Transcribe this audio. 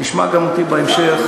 תשמע גם אותי בהמשך.